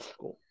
Cool